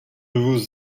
vous